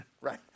Right